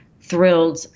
thrilled